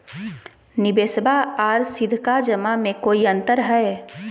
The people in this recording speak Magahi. निबेसबा आर सीधका जमा मे कोइ अंतर हय?